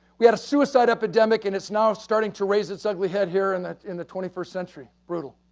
we had a suicide epidemic and it's now starting to raise its ugly head here and in the twenty first century, brutal.